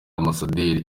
ambasaderi